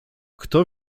kto